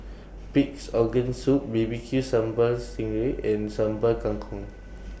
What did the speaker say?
Pig'S Organ Soup B B Q Sambal Sting Ray and Sambal Kangkong